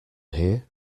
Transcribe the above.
here